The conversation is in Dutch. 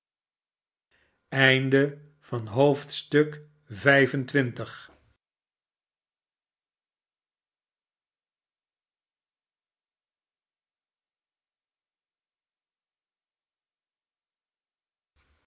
van het vertrek